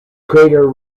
crater